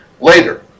later